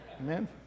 Amen